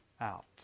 out